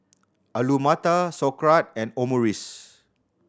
Alu Matar Sauerkraut and Omurice